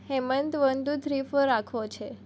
Hemant one two three four રાખવો છે